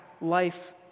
life